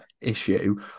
issue